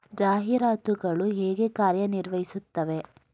ಜಾಹೀರಾತುಗಳು ಹೇಗೆ ಕಾರ್ಯ ನಿರ್ವಹಿಸುತ್ತವೆ?